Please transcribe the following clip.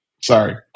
Sorry